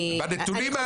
בנתונים האובייקטיביים.